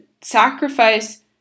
sacrifice